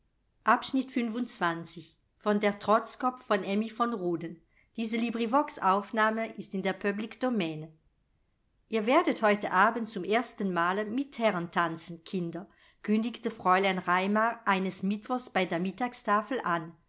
ihr werdet heute abend zum ersten male mit herren tanzen kinder kündigte fräulein raimar eines mittwochs bei der mittagstafel an